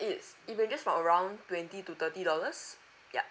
it's it will just for around twenty to thirty dollars yup